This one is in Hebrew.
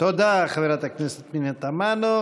תודה, חברת הכנסת פנינה תמנו.